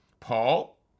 Paul